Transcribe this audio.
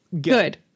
Good